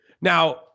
Now